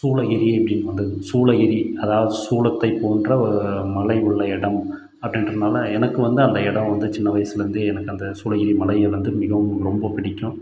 சூலகிரி அப்படிம்பாங்க சூலகிரி அதாவது சூலத்தை போன்ற ஒரு மலை உள்ள இடம் அப்படின்றனால எனக்கு வந்து அந்த இடம் வந்து சின்ன வயசுலேருந்தே எனக்கு அந்த சூலகிரி மலைகள் வந்து மிகவும் ரொம்ப பிடிக்கும்